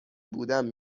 بودم